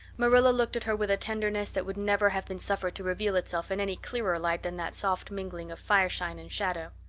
marilla looked at her with a tenderness that would never have been suffered to reveal itself in any clearer light than that soft mingling of fireshine and shadow.